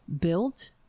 built